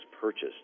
purchased